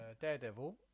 Daredevil